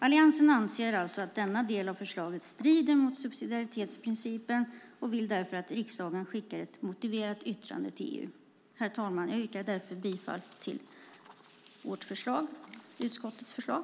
Alliansen anser att denna del av förslaget strider mot subsidiaritetsprincipen och vill därför att riksdagen skickar ett motiverat yttrande till EU. Herr talman! Jag yrkar bifall till utskottets förslag.